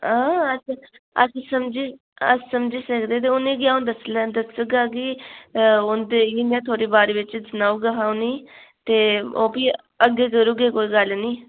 हां अस अस समझी अस समझी सकदे ते उ'नें गी अ'ऊं दस्सी लें दस्सी ओड़गा कि उंदे म्हीनै थुआढ़े बारे बिच सनाई ओड़गा हा उ'नेंई ते ओह् भी अग्गें करी ओड़गे कोई गल्ल निं